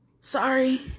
Sorry